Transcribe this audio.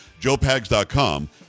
JoePags.com